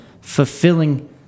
fulfilling